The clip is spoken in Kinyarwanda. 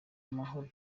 amahoro